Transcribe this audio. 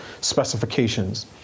specifications